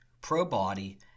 pro-body